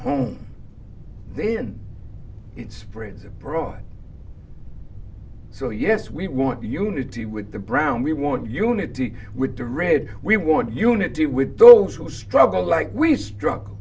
home they and its friends abroad so yes we want unity with the brown we want unity with the red we want unity with those who struggle like we stru